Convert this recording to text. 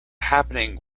happening